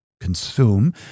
consume